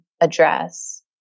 address